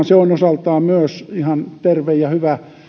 se on myös osaltaan ihan terve ja hyvä